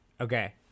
Okay